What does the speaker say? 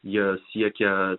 jie siekia